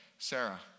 Sarah